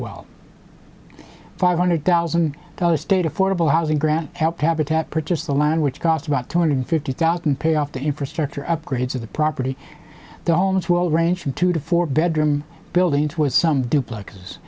well five hundred thousand dollars state affordable housing grant helped habitat purchase the land which cost about two hundred fifty thousand payoff the infrastructure upgrades of the property the homes will range from two to four bedroom building two with some dupl